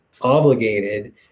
obligated